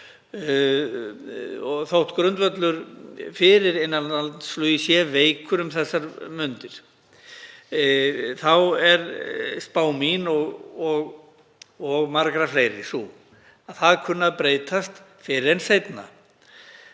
Þótt grundvöllur fyrir innanlandsflugi sé veikur um þessar mundir þá er spá mín og margra fleiri sú að það kunni að breytast fyrr en síðar.